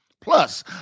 Plus